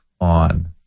on